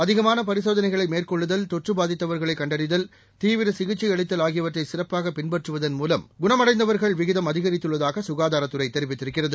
அதிகமான பரிசோதனைகளை மேற்கொள்ளுதல் தொற்று பாதித்தவர்களை கண்டறிதல் தீவிர சிகிச்சை அளித்தல் ஆகியவற்றை சிறப்பாக பின்பற்றுவதன் மூலம் குணம் அடைந்தவர்கள் விகிதம் அதிகரித்துள்ளதாக சுகாதாரத் துறை தெரிவித்திருக்கிறது